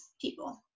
people